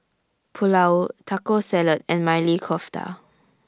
Pulao Taco Salad and Maili Kofta